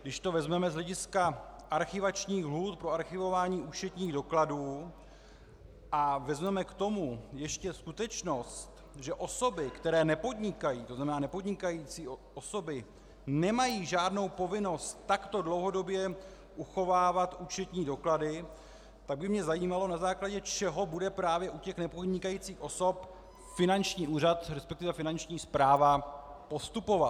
Když to vezmeme z hlediska archivačních lhůt pro archivování účetních dokladů a vezmeme k tomu ještě skutečnost, že osoby, které nepodnikají, to znamená nepodnikající osoby, nemají žádnou povinnost takto dlouhodobě uchovávat účetní doklady, pak by mě zajímalo, na základě čeho bude právě u těch nepodnikajících osob finanční úřad, respektive finanční správa postupovat.